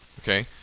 Okay